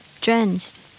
Drenched